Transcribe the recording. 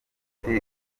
ufite